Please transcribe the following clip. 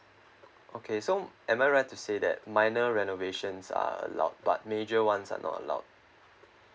okay so am I right to say that minor renovations are allowed but major ones are not allowed